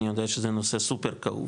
אני יודע שזה נושא סופר כאוב,